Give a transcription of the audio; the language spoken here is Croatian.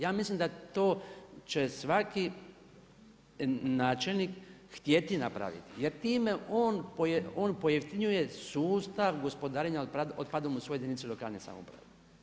Ja mislim da to će svaki načelnik htjeti napraviti, jer time on pojeftinjuje sustav gospodarenja otpadom u svojoj jedinici lokalne samouprave.